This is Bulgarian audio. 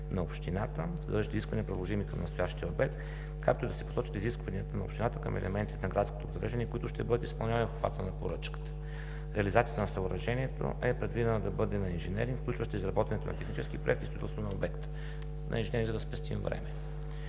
на Общината, съдържащи искания, приложими към настоящия обект, както и да се посочат изискванията на Общината към елементите на градското обзавеждане, които ще бъдат изпълнявани в обхвата на поръчката. Реализацията на съоръжението е предвидена да бъде на инженери, включваща изработването на технически проекти по строителството на обекта – на инженери, за да спестим време!